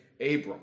Abram